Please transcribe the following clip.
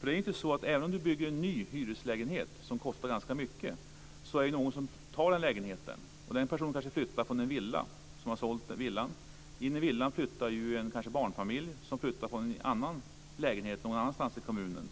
Det är ju så att om du bygger en ny hyreslägenhet som kostar ganska mycket är det någon som tar lägenheten. Den personen kanske flyttar från en villa, och har sålt villan. In i villan flyttar kanske en barnfamilj som flyttar från en annan lägenhet någon annanstans i kommunen.